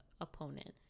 opponent